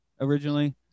originally